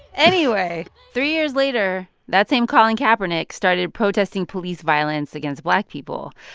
anyway, three years later, that same colin kaepernick started protesting police violence against black people,